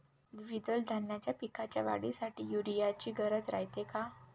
द्विदल धान्याच्या पिकाच्या वाढीसाठी यूरिया ची गरज रायते का?